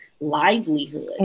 livelihood